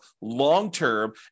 long-term